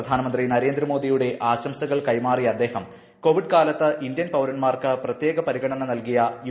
പ്രധാനമന്ത്രി നരേന്ദ്രമോദിയുടെ ആൾ്സകൾ കൈമാറിയ അദ്ദേഹം കോവിഡ് കാലത്ത് ് ഇന്ത്യൻ പൌരൻമാർക്ക് പ്രത്യേകം പ്രിഗണനാട് നിൽകിയിട്ടിയു